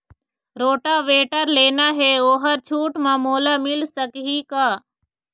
Rotavator लेना हे ओहर छूट म मोला मिल सकही का?